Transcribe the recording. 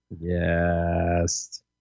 Yes